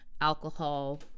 alcohol